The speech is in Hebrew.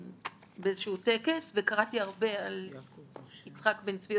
באיזה שהוא טקס וקראתי הרבה על יצחק בן צבי,